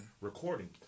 recording